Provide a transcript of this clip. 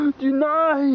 deny